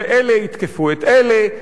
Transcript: ואלה יתקפו את אלה,